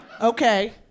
Okay